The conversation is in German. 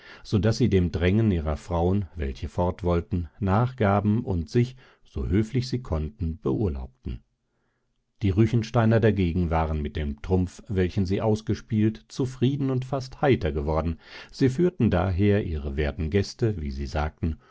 so daß sie dem drängen ihrer frauen welche fort wollten nachgaben und sich so höflich sie konnten beurlaubten die ruechensteiner dagegen waren mit dem trumpf welchen sie ausgespielt zufrieden und fast heiter geworden sie führten daher ihre werten gäste wie sie sagten